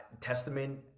Testament